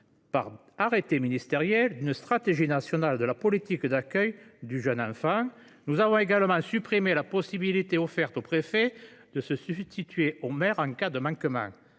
par arrêté ministériel d’une stratégie nationale de la politique d’accueil du jeune enfant. Nous avons également supprimé la possibilité offerte au préfet de se substituer au maire en cas de manquement.